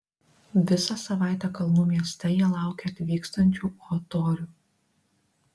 visą savaitę kalnų mieste jie laukė atvykstančių o torių